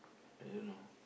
I don't know